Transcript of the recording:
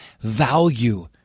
value